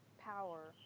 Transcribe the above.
power